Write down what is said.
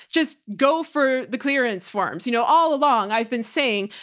just go for the clearance forms. you know, all along i've been saying,